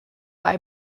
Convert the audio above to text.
but